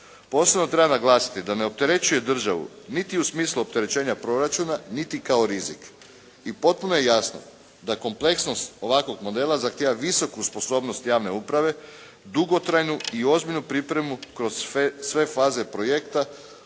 Posebno treba naglasiti da ne opterećuje državu niti u smislu opterećenja proračuna, niti kao rizik. I potpuno je jasno da kompleksnost ovakvog modela zahtjeva visoku sposobnost javne uprave, dugotrajnu i ozbiljnu pripremu kroz sve faze projekta